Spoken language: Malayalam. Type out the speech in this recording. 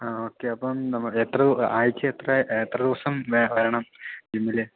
ആ ഓക്കെ അപ്പം നമ്മൾ എത്ര ആഴ്ച്ച എത്ര എത്ര ദിവസം വേണം ജിമ്മിൽ